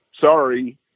sorry